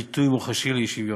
ביטוי מוחשי לאי-שוויון.